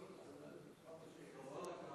חברי חברי הכנסת וחבר הכנסת